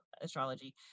astrology